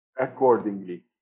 accordingly